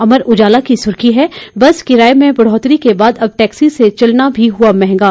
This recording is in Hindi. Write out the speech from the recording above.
अमर उजाला की सुर्खी है बस किराए में बढ़ोतरी के बाद अब टैक्सी से चलना भी हुआ महंगा